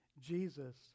Jesus